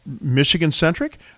michigan-centric